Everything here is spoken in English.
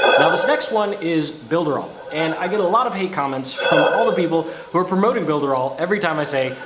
now this next one is builder all. and i get a lot of hate comments from all the people who are promoting builder all, every time i say,